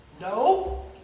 No